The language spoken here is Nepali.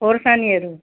खोर्सानीहरू